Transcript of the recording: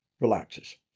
relaxes